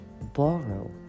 borrow